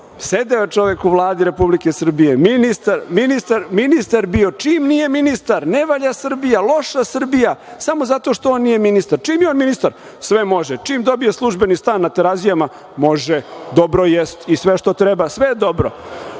Sedeo je čovek u Vladi Republike Srbije, bio ministar, ali čim nije ministar, ne valja Srbija, loša Srbija. Samo zato što on nije ministar. Čim je on ministar, sve može. Čim dobije službeni stan na Terazijama, može. Dobro je. I sve što treba, sve je dobro.